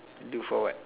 do for what